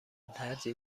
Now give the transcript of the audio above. ترجیح